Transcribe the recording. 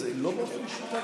לא באופן שיטתי.